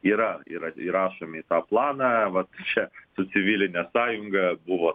yra yra įrašomi į tą planą vat čia su civiline sąjunga buvo